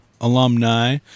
alumni